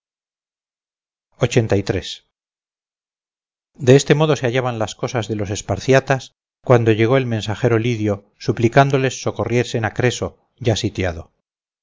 de este modo se hallaban las cosas de los esparciatas cuando llegó el mensajero lidio suplicándoles socorriesen a creso ya sitiado